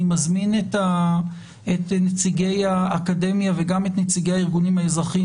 אני מזמין את נציגי האקדמיה וגם את נציגי הארגונים האזרחיים